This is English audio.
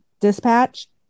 dispatch